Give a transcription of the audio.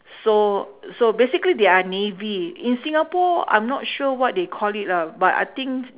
so so basically they are navy in singapore I'm not sure what they call it lah but I think